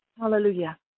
Hallelujah